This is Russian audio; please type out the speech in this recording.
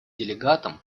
делегатам